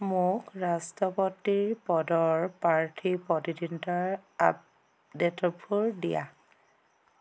মোক ৰাষ্ট্ৰপতিৰ পদৰ প্ৰাৰ্থীৰ প্ৰতিদ্বন্দিতাৰ আপডেটবোৰ দিয়া